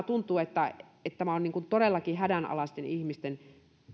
tuntuu että tämä on todellakin hädänalaisten ihmisten